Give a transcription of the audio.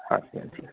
ਹਾਂਜੀ ਹਾਂਜੀ